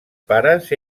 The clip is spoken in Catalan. pares